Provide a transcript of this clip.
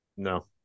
No